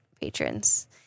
patrons